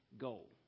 goal